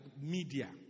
media